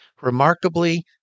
Remarkably